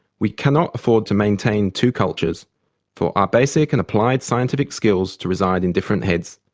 we cannot afford to maintain two cultures for our basic and applied scientific skills to reside in different heads.